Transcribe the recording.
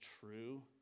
true